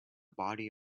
body